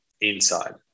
inside